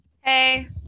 Hey